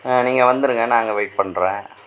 ஆ நீங்கள் வந்துடுங்க நான் அங்கே வெயிட் பண்ணுறேன்